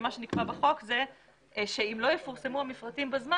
כשמה שנקבע בחוק זה שאם לא יפורסמו המפרטים בזמן